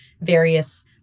various